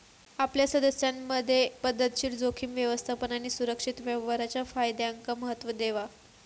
आपल्या सदस्यांमधे पध्दतशीर जोखीम व्यवस्थापन आणि सुरक्षित व्यवहाराच्या फायद्यांका महत्त्व देवा